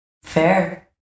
Fair